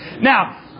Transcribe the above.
Now